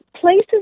places